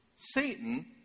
Satan